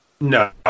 No